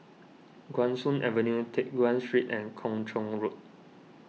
Guan Soon Avenue Teck Guan Street and Kung Chong Road